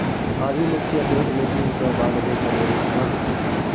आधी मुट्ठी अखरोट में तीन सौ बानवे कैलोरी ऊर्जा होती हैं